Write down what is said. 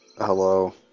hello